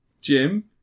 Jim